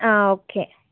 okay